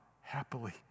happily